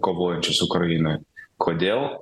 kovojančius ukrainoj kodėl